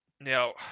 Now